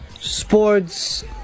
sports